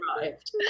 arrived